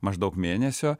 maždaug mėnesio